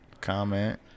comment